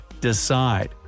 decide